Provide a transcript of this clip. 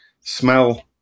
smell